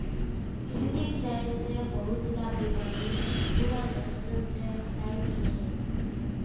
कृत्रिम चयन स बहुतला बीमारि पूरा नस्ल स हटई दी छेक